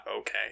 okay